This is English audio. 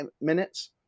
minutes